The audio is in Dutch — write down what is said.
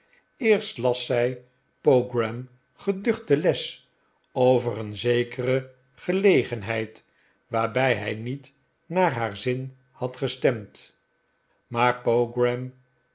eerst las zij pogram geducht de les over een zekere gelegenheid waarbij hij niet naar haar zin had gestemd maar pogram